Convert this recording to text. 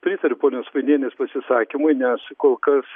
pritariu ponios vainienės pasisakymui nesu kolkas